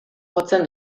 jotzen